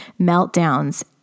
meltdowns